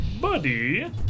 Buddy